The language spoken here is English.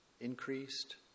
increased